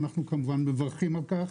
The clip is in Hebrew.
אנחנו כמובן מברכים על כך.